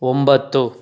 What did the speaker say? ಒಂಬತ್ತು